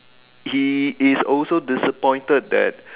he is also disappointed that